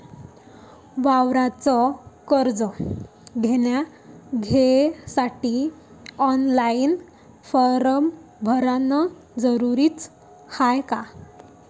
वावराच कर्ज घ्यासाठी ऑनलाईन फारम भरन जरुरीच हाय का?